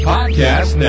Podcast